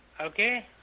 Okay